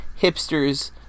hipsters